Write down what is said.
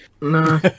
No